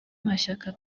mashyaka